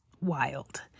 wild